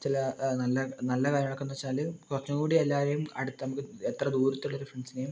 ചില നല്ല നല്ല കാര്യങ്ങൾ ഒക്കെ എന്താണ് വെച്ചാൽ കുറച്ചും കൂടി എല്ലാവരേയും അടുത്ത് നമുക്ക് എത്ര ദൂരത്തുള്ളൊരു ഫ്രണ്ട്സിനേയും